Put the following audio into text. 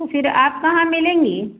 तो फिर आप कहाँ मिलेंगी